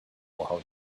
how